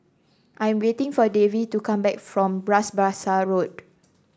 I'm waiting for Davie to come back from Bras Basah Road